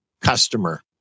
customer